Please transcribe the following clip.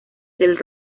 del